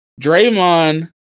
Draymond